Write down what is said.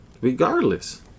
Regardless